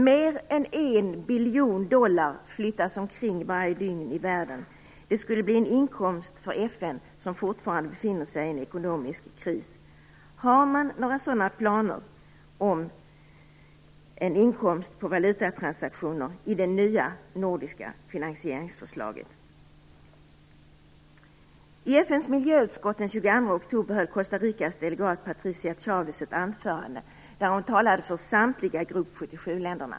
Mer än en biljon dollar flyttas omkring varje dygn i världen. Det skulle kunna bli en inkomst för FN som fortfarande befinner sig i en ekonomisk kris. Har man några planer på en inkomst från valutatransaktioner i det nya nordiska finansieringsförslaget? I FN:s miljöutskott höll Costa Ricas delegat Patricia Chavez den 22 oktober ett anförande där hon talade för samtliga länder i Grupp 77.